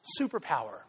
superpower